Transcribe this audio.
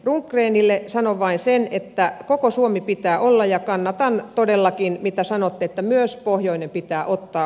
rundgrenille sanon vain sen että koko suomi pitää olla ja kannatan todellakin mitä sanoa että myös pohjoinen pitää ottaa